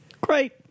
Great